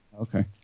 Okay